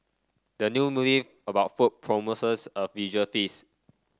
the new movie about food promises a visual feast